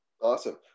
Awesome